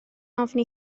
ofni